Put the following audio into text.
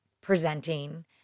presenting